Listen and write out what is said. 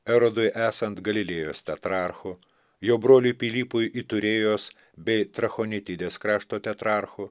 erodui esant galilėjos tetrarchu jo broliui pilypui iturėjos bei trachonitidės krašto tetrarchu